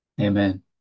Amen